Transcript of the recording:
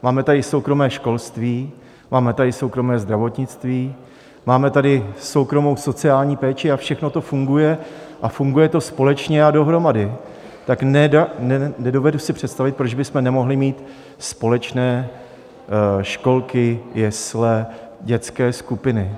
Máme tady soukromé školství, máme tady soukromé zdravotnictví, máme tady soukromou sociální péči, všechno to funguje a funguje to společně a dohromady, tak nedovedu si představit, proč bychom nemohli mít společné školky, jesle, dětské skupiny.